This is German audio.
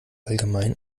allgemein